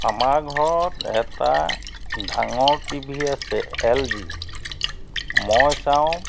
আমাৰ ঘৰত এটা ডাঙৰ টিভি আছে এল জি মই চাওঁ